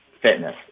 fitness